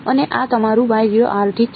અને આ તમારું ઠીક છે